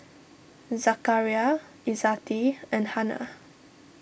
Zakaria Izzati and Hana